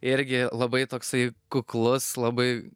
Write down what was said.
irgi labai toksai kuklus labai